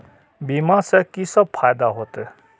बीमा से की सब फायदा होते?